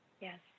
Yes